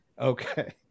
Okay